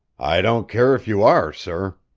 i don't care if you are, sir!